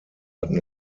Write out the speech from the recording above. hatten